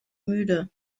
müde